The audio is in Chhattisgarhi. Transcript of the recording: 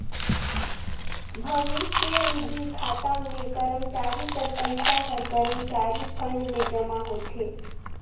भविस्य निधि खाता में करमचारी कर पइसा हर करमचारी फंड में जमा होथे